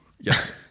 Yes